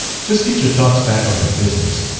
just get your thoughts back on your business.